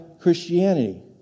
Christianity